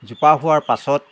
জোপা হোৱাৰ পাছত